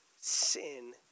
sin